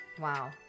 Wow